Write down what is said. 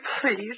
please